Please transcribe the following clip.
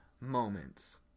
moments